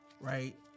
right